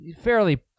fairly